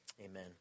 amen